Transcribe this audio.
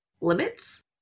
limits